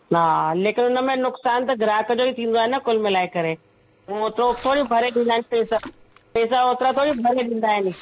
हा लेकिन हुनमें नुकसानु त ग्राहक जो ई थींदो आहे न कुल मिलाए करे हू ओतिरो थोरी भरे ॾींदा आहिनि पैसा पैसा ओतिरा थोरी भरे ॾींदा आहिनि